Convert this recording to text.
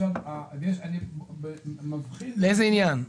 לאיזה עניין?